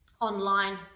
online